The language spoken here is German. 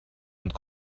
und